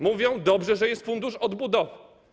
Mówią: dobrze, że jest fundusz odbudowy.